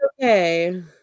okay